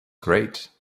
great